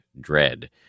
dread